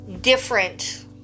different